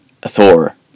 Thor